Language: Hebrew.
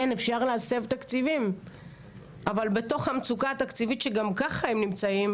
כן אפשר להסב תקציבים אבל בתוך המצוקה התקציבית שגם ככה הם נמצאים,